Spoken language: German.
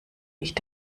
nicht